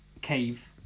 cave